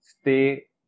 Stay